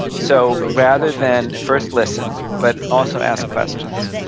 so rather than, first listen, but also ask questions,